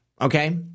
Okay